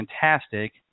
fantastic